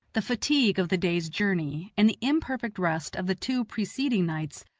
the fatigue of the day's journey, and the imperfect rest of the two preceding nights,